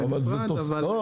בנפרד.